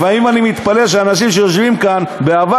לפעמים אני מתפלא שאנשים שישבו כאן בעבר